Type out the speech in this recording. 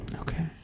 Okay